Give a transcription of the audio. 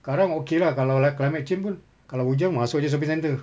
sekarang okay lah kalau lah climate change kalau hujan pun masuk jer shopping centre